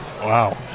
Wow